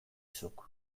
zuk